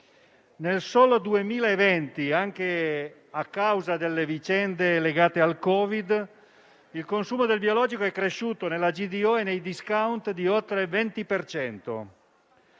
Nel solo 2020, anche a causa delle vicende legate al Covid-19, il consumo del biologico è cresciuto nella grande distribuzione